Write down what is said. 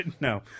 No